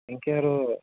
এনকৈ আৰু